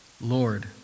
Lord